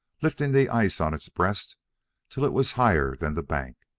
lifting the ice on its breast till it was higher than the bank.